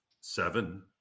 seven